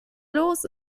los